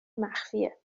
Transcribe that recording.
مخفیه